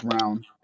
round